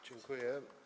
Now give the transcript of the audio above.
Dziękuję.